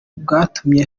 bwatumye